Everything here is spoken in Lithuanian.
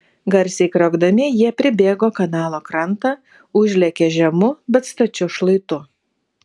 garsiai kriokdami jie pribėgo kanalo krantą užlėkė žemu bet stačiu šlaitu